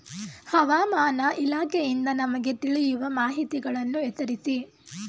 ಹವಾಮಾನ ಇಲಾಖೆಯಿಂದ ನಮಗೆ ತಿಳಿಯುವ ಮಾಹಿತಿಗಳನ್ನು ಹೆಸರಿಸಿ?